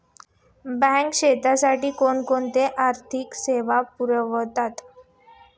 Bank शेतीसाठी कोणकोणत्या आर्थिक सेवा पुरवते?